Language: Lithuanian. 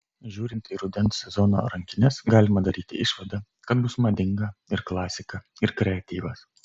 žiūrint į rudens sezono rankines galima daryti išvadą kad bus madinga ir klasika ir kreatyvas